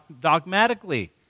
dogmatically